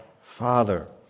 Father